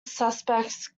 suspects